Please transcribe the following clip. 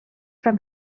from